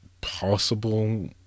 possible